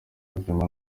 ubuzima